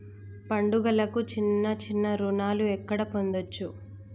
పండుగలకు చిన్న చిన్న రుణాలు ఎక్కడ పొందచ్చు?